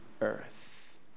earth